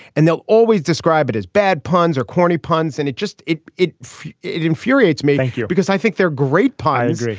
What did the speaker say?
and they'll always describe it as bad puns or corny puns. and it just it it it infuriates me here because i think they're great pies.